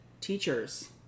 teachers